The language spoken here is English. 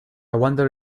wonder